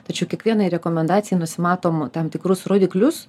tačiau kiekvienai rekomendacijai nusimatom tam tikrus rodiklius